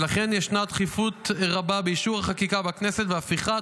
ולכן ישנה דחיפות רבה באישור החקיקה בכנסת והפיכת